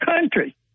country